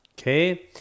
Okay